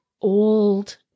old